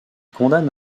condamne